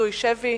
כפדוי שבי),